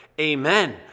Amen